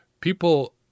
People